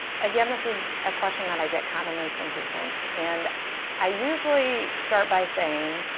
again, this is a question that i get commonly from patients, and i usually start by saying